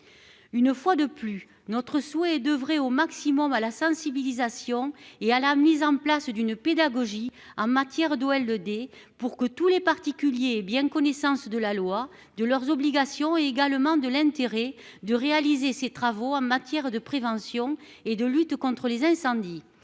Une fois de plus notre souhait devrait au maximum à la sensibilisation et à la mise en place d'une pédagogie en matière de OL des pour que tous les particuliers bien connaissance de la loi de leurs obligations et également de l'intérêt de réaliser ses travaux en matière de prévention et de lutte contre les incendies.